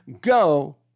go